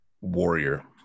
warrior